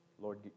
Lord